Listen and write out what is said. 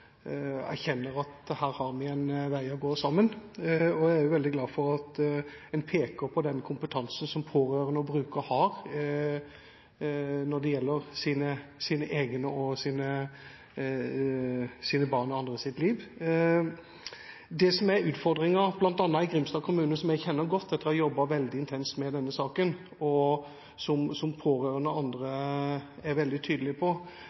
erkjenner at her har vi en vei å gå sammen, og jeg er også veldig glad for at en peker på den kompetansen som pårørende og brukere har når det gjelder sine egne, sine barns og andres liv. Det som er utfordringen, bl.a. i Grimstad kommune, som jeg kjenner godt etter å ha jobbet veldig intenst med denne saken, og som pårørende og andre er veldig tydelige på, er at det mangler kompetanse, særlig på ledelsesnivå. Statsråden var også tydelig på